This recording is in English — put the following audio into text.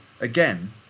again